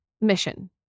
mission